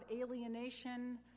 alienation